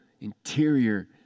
interior